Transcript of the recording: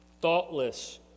thoughtless